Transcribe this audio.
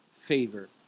favor